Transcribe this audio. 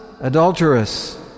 adulterous